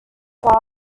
from